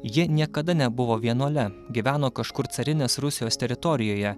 ji niekada nebuvo vienuole gyveno kažkur carinės rusijos teritorijoje